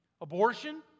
Abortion